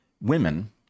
women